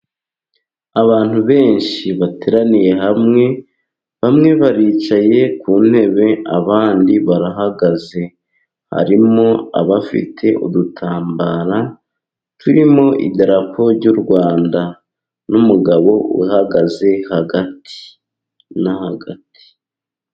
Abantu benshi bateraniye hamwe. Bamwe baricaye ku ntebe, abandi barahagaze. Harimo abafite udutambara turimo idarapo ry'u Rwanda, n'umugabo uhagaze hagati na hagati.